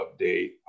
update